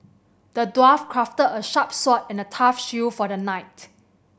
the dwarf crafted a sharp sword and a tough shield for the knight